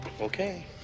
Okay